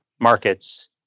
markets